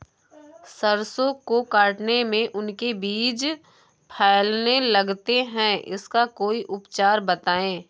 सरसो को काटने में उनके बीज फैलने लगते हैं इसका कोई उपचार बताएं?